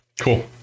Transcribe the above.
Cool